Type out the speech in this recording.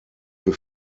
für